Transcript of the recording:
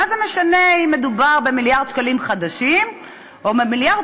מה זה משנה אם מדובר במיליארד שקלים חדשים או במיליארד